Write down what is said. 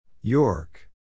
York